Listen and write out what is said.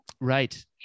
Right